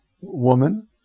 Woman